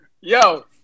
yo